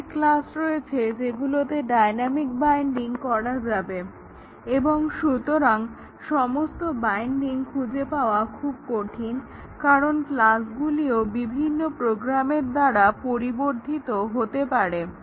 অনেক ক্লাস যেগুলো dynamic binding করা যাবে এবং সুতরাং সমস্ত বাইন্ডিং খুজে পাওয়া খুব কঠিন কারণ ক্লাসগুলিও বিভিন্ন প্রোগ্রামার দ্বারা পরিবর্ধিত হতে পারে